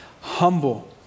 humble